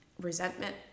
resentment